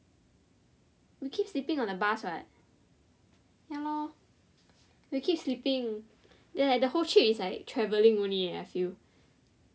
we keep sleeping on the bus what ya lor we keep sleeping ya the whole trip is only like travelling only leh I feel